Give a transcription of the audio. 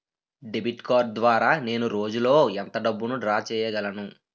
Debit card ద్వారా నేను రోజు లో ఎంత డబ్బును డ్రా చేయగలను?